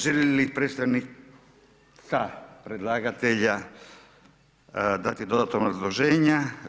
Želi li predstavnica predlagatelja dati dodatna obrazloženja?